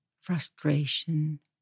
frustration